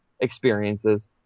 experiences